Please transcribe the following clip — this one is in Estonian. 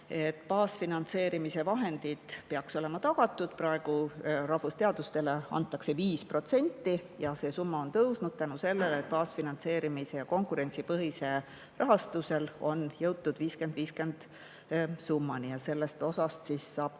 et baasfinantseerimise vahendid peaksid olema tagatud. Praegu antakse rahvusteadustele 5% ja see summa on tõusnud tänu sellele, et baasfinantseerimisel ja konkurentsipõhisel rahastusel on jõutud 50 : 50 summani. Ja sellest osast saavad